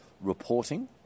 reporting